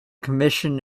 commission